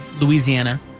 Louisiana